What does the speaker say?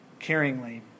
caringly